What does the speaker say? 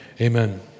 Amen